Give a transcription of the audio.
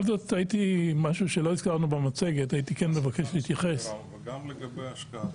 גם לגבי השקעה,